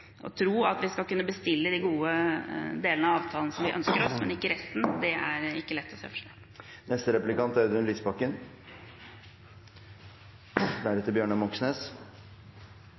tro at vi skal kunne bestille de gode delene av avtalen som vi ønsker oss, men ikke resten. Det er ikke lett å se for seg. Helt konkret: Hvilke næringer er